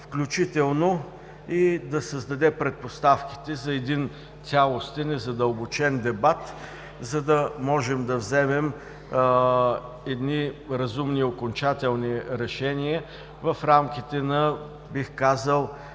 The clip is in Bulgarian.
включително и да създаде предпоставките за цялостен и задълбочен дебат, за да може да вземем едни разумни, окончателни решения в рамките на обсъжданията,